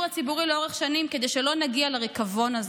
הציבורי לאורך שנים כדי שלא נגיע לריקבון הזה,